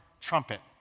trumpet